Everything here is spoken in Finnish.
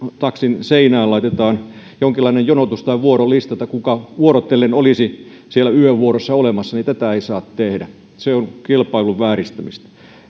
taksin seinään laitetaan jonkinlainen jonotus tai vuorolista siitä kuka vuorotellen olisi siellä yövuorossa tätä ei saa tehdä se on kilpailun vääristämistä